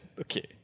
Okay